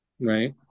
right